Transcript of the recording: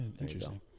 interesting